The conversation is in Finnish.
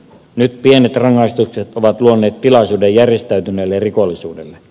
nyt pienet rangaistukset ovat luoneet tilaisuuden järjestäytyneelle rikollisuudelle